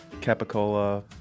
capicola